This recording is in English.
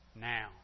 now